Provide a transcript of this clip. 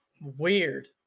weird